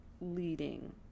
leading